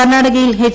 കർണാടകയിൽ എച്ച്